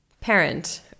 Parent